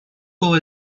было